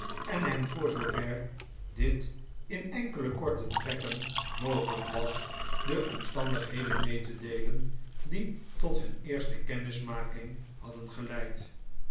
en hem voor zoover dit in enkele korte trekken mogelijk was de omstandigheden mee te deelen die tot hun eerste kennismaking hadden geleid